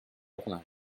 journal